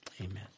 Amen